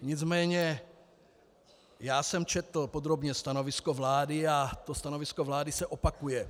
Nicméně já jsem četl podrobně stanovisko vlády a to stanovisko vlády se opakuje.